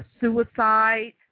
suicide